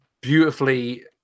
beautifully